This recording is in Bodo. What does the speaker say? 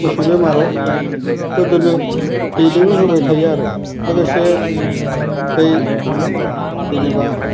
मोसौ बेमाराव गोदोनो बेदोंनो होबाय थायो आरो लोगोसे बै जेनोबा